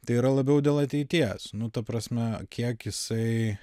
tai yra labiau dėl ateities nu ta prasme kiek jisai